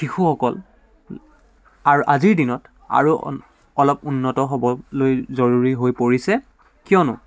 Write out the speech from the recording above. শিশুসকল আৰু আজিৰ দিনত আৰু অলপ উন্নত হ'বলৈ জৰুৰী হৈ পৰিছে কিয়নো